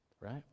Right